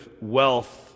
wealth